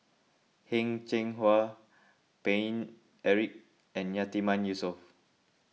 Heng Cheng Hwa Paine Eric and Yatiman Yusof